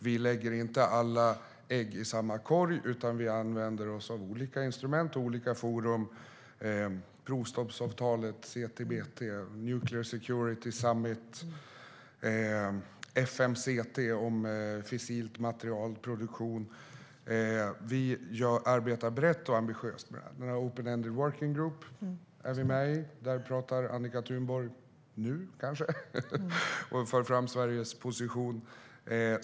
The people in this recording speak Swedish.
Vi lägger inte alla ägg i samma korg. Vi använder oss av olika instrument och olika forum - provstoppsavtalet CTBT, Nuclear Security Summit och FMCT om produktionen av fissilt material. Vi arbetar brett och ambitiöst. Vi är med i Open-ended Working Group. Där talar Annika Thunborg kanske just nu och för fram Sveriges position.